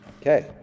Okay